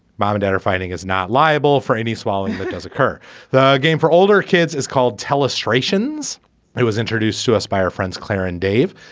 mom and dad are finding is not liable for any swallowing it does occur the game for older kids is called tell australians i was introduced to us by our friends claire and dave.